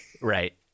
Right